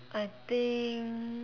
I think